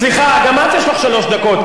סליחה, גם את יש לך שלוש דקות.